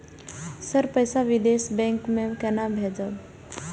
Sir पैसा विदेशी bank में केना भेजबे?